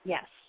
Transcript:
Yes